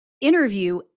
interview